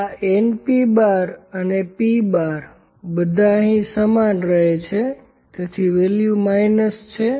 આ np¯ અને p¯ બધા અહીં સમાન રહે છે તેથી વેલ્યુ માઇનસ છે